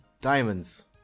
diamonds